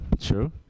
True